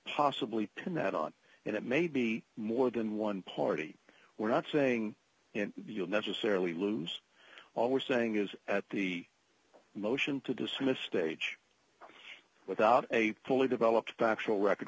possibly pin that on and it may be more than one party we're not saying you'll necessarily lose always saying is at the motion to dismiss stage without a fully developed factual record